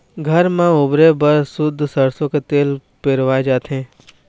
घर म बउरे बर सुद्ध सरसो के तेल पेरवाए जाथे